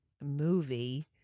movie